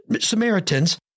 Samaritans